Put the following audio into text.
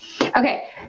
Okay